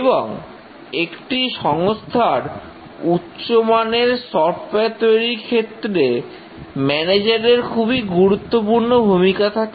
এবং একটি সংস্থার উচ্চমানের সফটওয়্যার তৈরির ক্ষেত্রে ম্যানেজারের খুবই গুরুত্বপূর্ণ ভূমিকা থাকে